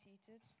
seated